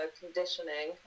conditioning